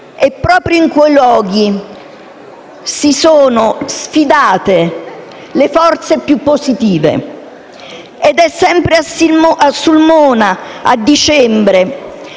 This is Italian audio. e proprio in quei luoghi si sono sfidate le forze più positive. Ed è sempre a Sulmona che a dicembre